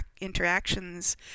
interactions